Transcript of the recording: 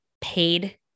paid